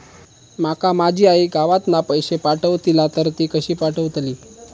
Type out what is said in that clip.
माका माझी आई गावातना पैसे पाठवतीला तर ती कशी पाठवतली?